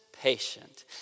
patient